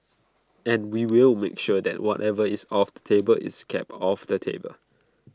and we will make sure that whatever is off the table is kept off the table